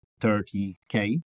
30k